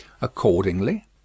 Accordingly